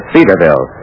Cedarville